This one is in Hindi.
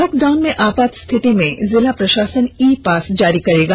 लॉकडाउन में आपात स्थिति में जिला प्रशासन ई पास जारी करेगा